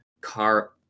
car